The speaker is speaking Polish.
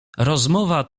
rozmowa